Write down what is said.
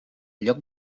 lloc